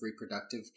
reproductive